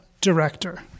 director